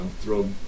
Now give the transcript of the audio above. throw